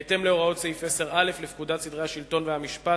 בהתאם להוראות סעיף 10א לפקודת סדרי השלטון והמשפט,